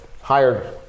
hired